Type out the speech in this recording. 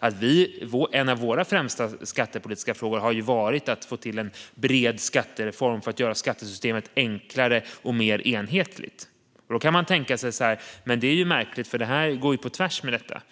har en av våra främsta skattepolitiska frågor varit att få till en bred skattereform för att göra skattesystemet enklare och mer enhetligt. Då kan man tänka sig att det är märkligt att det här går på tvärs med detta.